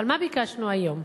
אבל מה ביקשנו היום?